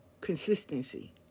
consistency